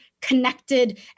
connected